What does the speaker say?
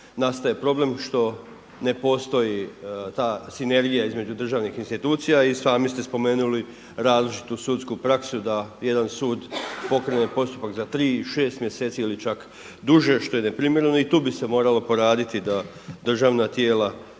nastaje problem što ne postoji ta sinergija između državnih institucija i sami ste spomenuli različitu sudsku praksu da jedan sud pokrene postupak za tri, šest mjeseci ili čak duže što je neprimjereno i tu bi se moralo poraditi da državna tijela